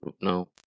No